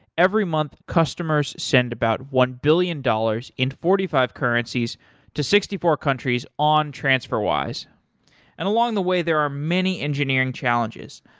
every month customers send about one billion dollars dollars in forty five currencies to sixty four countries on transferwise and along the way there are many engineering challenges.